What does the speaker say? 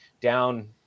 down